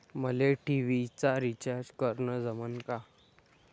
मले टी.व्ही चा रिचार्ज करन जमन का?